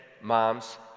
moms